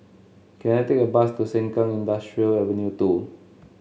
can I take a bus to Sengkang Industrial Avenue two